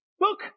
Look